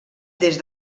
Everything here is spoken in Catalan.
des